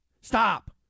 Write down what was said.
Stop